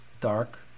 Dark